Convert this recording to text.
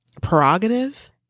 prerogative